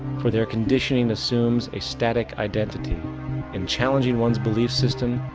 for their conditioning assumes a static identity and challenging one's belief system,